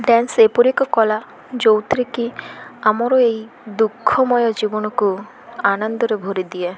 dance ଏପରି ଏକ କଲା ଯେଉଁଥିରେ କିି ଆମର ଏଇ ଦୁଃଖମୟ ଜୀବନକୁ ଆନନ୍ଦରେ ଭରିଦିଏ